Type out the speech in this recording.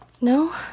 No